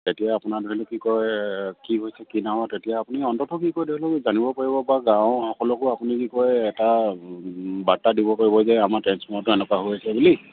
তেতিয়া আপোনাৰ ধৰি লওক কি কয় কি হৈছে কি নাই তেতিয়া আপুনি অন্ততঃ কি কয় ধৰি লওক জানিব পাৰিব বা গাঁও সকলকো আপুনি কি কয় এটা বাৰ্তা দিব পাৰিব যে আমাৰ ট্ৰেঞ্চৰ্ফমাৰটো এনেকুৱা হৈ আছে বুলি